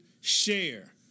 share